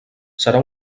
serà